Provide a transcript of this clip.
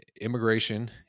immigration